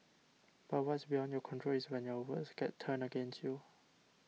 but what's beyond your control is when your words get turned against you